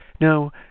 no